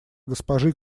госпожи